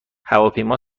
هواپیما